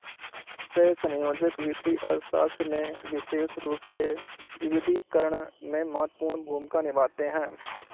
सहसंयोजक वित्तीय अर्थशास्त्र में विशेष रूप से विविधीकरण में महत्वपूर्ण भूमिका निभाते हैं